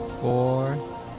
four